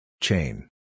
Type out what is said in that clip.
Chain